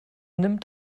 nimmt